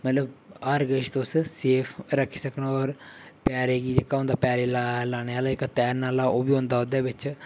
मतलब हर किश तुस सेफ रक्खी सकने होर पैरे गी जेह्का होंदा पैरे दी लाने आह्ला इक तैरन आह्ला ओह् बी होंदा ओह्दे बिच्च